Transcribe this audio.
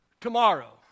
tomorrow